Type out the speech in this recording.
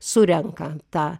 surenka tą